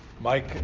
Mike